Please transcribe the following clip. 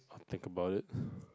think about it